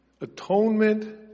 Atonement